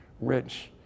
rich